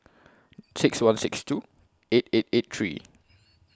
six one six two eight eight eight three